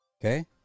Okay